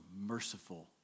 merciful